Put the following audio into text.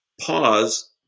pause